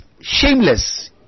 shameless